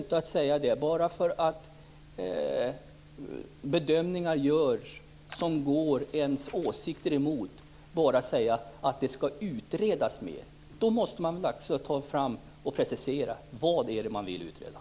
Bara därför att bedömningar görs som går emot de egna åsikterna går det ju inte att säga att det skall utredas mera. Då måste man precisera vad det är som man vill ha utrett.